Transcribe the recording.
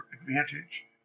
advantage